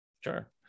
Sure